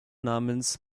namens